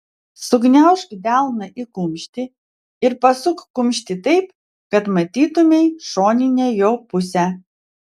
sugniaužk delną į kumštį ir pasuk kumštį taip kad matytumei šoninę jo pusę